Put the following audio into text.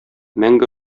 мәңге